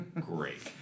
Great